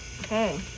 Okay